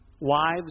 wives